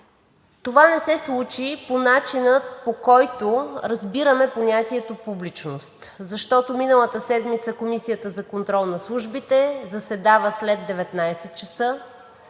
Това не се случи по начина, по който разбираме понятието публичност, защото миналата седмица Комисията за контрол на службите заседава след 19,00